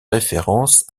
référence